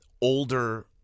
older